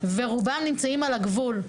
רובם נמצאים על הגבול.